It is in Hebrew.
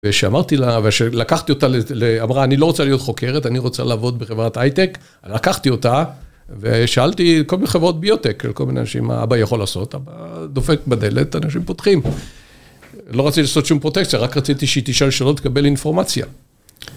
וכשאמרתי לה, לקחתי אותה, אמרה אני לא רוצה להיות חוקרת, אני רוצה לעבוד בחברת היי-טק, לקחתי אותה, ושאלתי כל מיני חברות ביוטק, כל מיני אנשים, מה אבא יכול לעשות? דופק בדלת, אנשים פותחים. לא רציתי לעשות שום פרוטקציה, רק רציתי שהיא תשאל שאלות תקבל אינפורמציה.